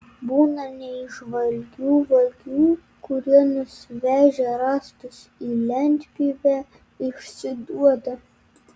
būna neįžvalgių vagių kurie nusivežę rąstus į lentpjūvę išsiduoda